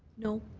no.